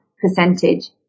percentage